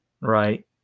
right